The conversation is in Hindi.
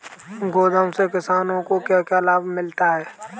गोदाम से किसानों को क्या क्या लाभ मिलता है?